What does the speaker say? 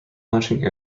launching